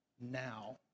now